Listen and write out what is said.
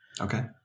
Okay